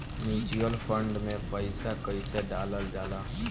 Mutual fund मे पईसा कइसे डालल जाला?